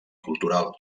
cultural